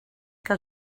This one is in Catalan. que